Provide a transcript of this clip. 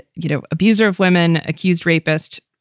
you know, abuser of women, accused rapist,